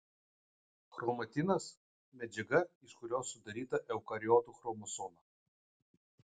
chromatinas medžiaga iš kurios sudaryta eukariotų chromosoma